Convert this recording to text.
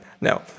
No